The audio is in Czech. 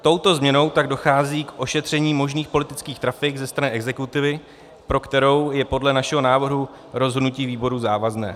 Touto změnou tak dochází k ošetření možných politických trafik ze strany exekutivy, pro kterou je podle našeho návrhu rozhodnutí výboru závazné.